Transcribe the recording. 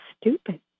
stupid